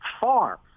far